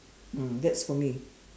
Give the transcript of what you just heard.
mm that's for me